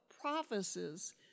prophecies